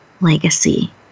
legacy